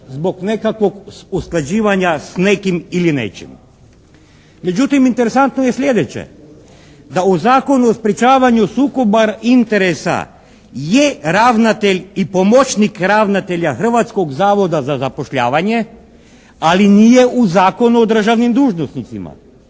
zbog nekakvog usklađivanja s nekim ili nečim. Međutim, interesantno je sljedeće. Da u Zakonu o sprječavanju sukoba interesa je ravnatelj i pomoćnik ravnatelja Hrvatskog zavoda za zapošljavanje, ali nije u Zakonu o državnim dužnosnicima.